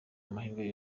amahirwe